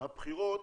בבחירות